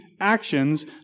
actions